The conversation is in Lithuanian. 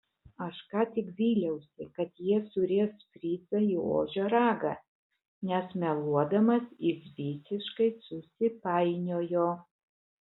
aš ką tik vyliausi kad jie suries fricą į ožio ragą nes meluodamas jis visiškai susipainiojo